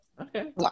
Okay